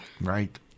Right